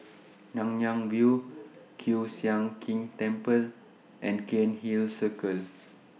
Nanyang View Kiew Sian King Temple and Cairnhill Circle